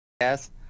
Yes